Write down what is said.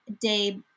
day